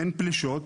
אין פלישות.